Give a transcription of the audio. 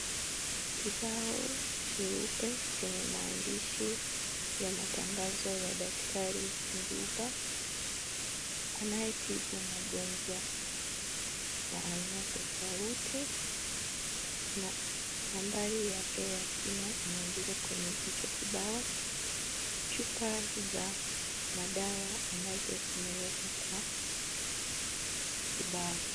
Kibao cheupe chenye maandishi ya matangazo ya daktari Nduba, anaye tibu magonjwa ya aina tofauti, na nambari yake ya simu imeandikwa kwenye hicho kibao, chupa za madawa ambazo unaweka kwa kibao.